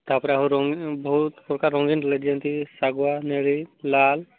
ତା'ପରେ ଆହୁରି ବହୁତ ପ୍ରକାର ରଙ୍ଗୀନ୍ ଲାଇଟ୍ ଯେମିତି ସାଗୁଆ ନେଳି ଲାଲ୍